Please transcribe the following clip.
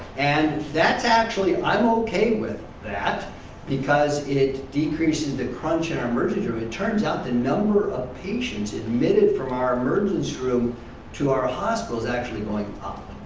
and that's actually i'm okay with that because it decreases the crunch in our emergency room. it turns out the number of patients admitted from our emergency room to our hospital is actually going up.